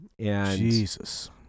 Jesus